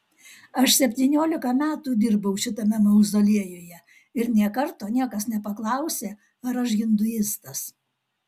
aš septyniolika metų dirbau šitame mauzoliejuje ir nė karto niekas nepaklausė ar aš hinduistas